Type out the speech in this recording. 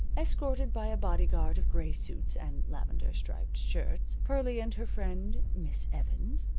escorted by a bodyguard of gray suits and lavender-striped shirts pearlie and her friend, miss evans,